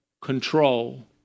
control